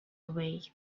away